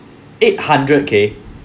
eight hundred okay